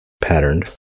patterned